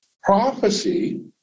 Prophecy